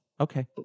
Okay